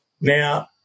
Now